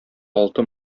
алты